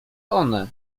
one